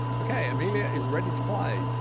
ok amelia is ready to play.